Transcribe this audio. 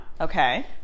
Okay